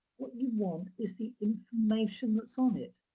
what you want is the information that's on it.